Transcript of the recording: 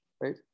right